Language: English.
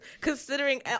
considering